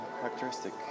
characteristic